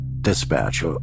Dispatch